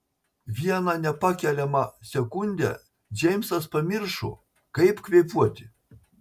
vieną nepakeliamą sekundę džeimsas pamiršo kaip kvėpuoti